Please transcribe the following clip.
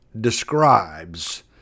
Describes